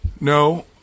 No